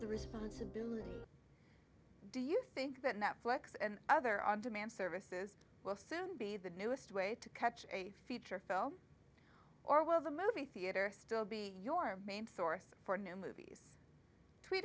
the responsibility do you think that netflix and other on demand services will soon be the newest way to catch a feature film or will the movie theater still be your main source for a new movie t